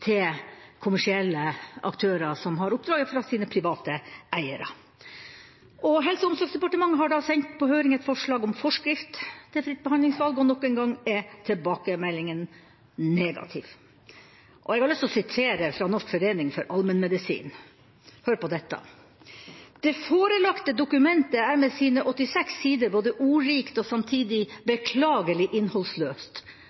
til kommersielle aktører som har oppdraget fra sine private eiere. Helse- og omsorgsdepartementet har sendt på høring et forslag om forskrift til fritt behandlingsvalg, og nok en gang er tilbakemeldingene negative. Jeg har lyst til å sitere fra Norsk forening for allmennmedisin. Hør på dette: «Det forelagte dokumentet er med sine 86 sider både ordrikt og samtidig beklagelig innholdsløst.